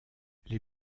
les